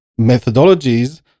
methodologies